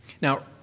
Now